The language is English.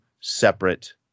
separate